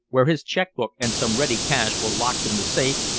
where his check-book and some ready cash were locked in the safe,